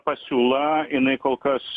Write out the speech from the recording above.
pasiūla jinai kol kas